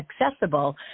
accessible